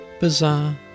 Bizarre